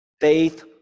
faith